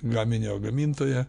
gaminio gamintoją